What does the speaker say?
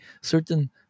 Certain